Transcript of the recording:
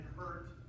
hurt